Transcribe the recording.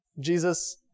Jesus